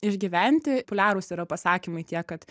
išgyventi populiarūs yra pasakymai tiek kad